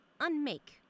unmake